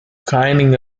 coining